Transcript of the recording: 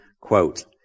quote